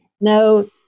No